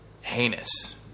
heinous